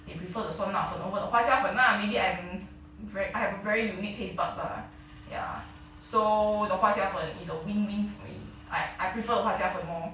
they prefer the 酸辣粉 over the 花椒粉 lah maybe I'm very I'm very unique taste buds lah ya so the 花椒粉 is a win win for me I prefer 花椒粉 more